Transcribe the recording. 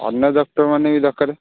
ଅନ୍ୟ ଡ଼କ୍ଟର୍ମାନେ ବି ଦରକାରେ